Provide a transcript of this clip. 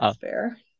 fair